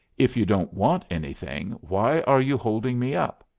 if you don't want anything, why are you holding me up?